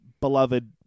beloved